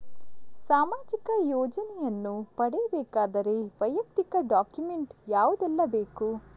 ಸಾಮಾಜಿಕ ಯೋಜನೆಯನ್ನು ಪಡೆಯಬೇಕಾದರೆ ವೈಯಕ್ತಿಕ ಡಾಕ್ಯುಮೆಂಟ್ ಯಾವುದೆಲ್ಲ ಬೇಕು?